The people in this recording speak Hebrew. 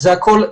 זה הכול,